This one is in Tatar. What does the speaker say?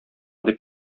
дип